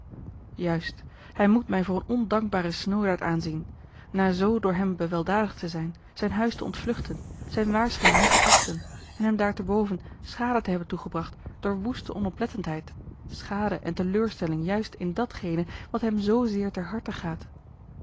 juist hij moet mij voor een ondankbaren snoodaard aanzien na zoo door hem beweldadigd te zijn zijn huis te ontvluchten zijne waarschuwing niet te achten en hem daarteboven schade te hebben toegebracht door woeste onoplettendheid schade en teleurstelling juist in datgene wat hem zzeer ter harte gaat